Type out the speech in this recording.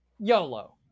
YOLO